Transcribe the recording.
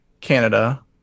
Canada